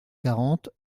quarante